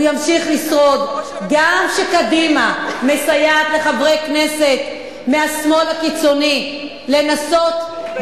הוא ימשיך לשרוד גם כשקדימה מסייעת לחברי כנסת מהשמאל הקיצוני לנסות,